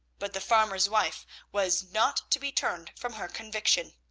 but the farmer's wife was not to be turned from her conviction.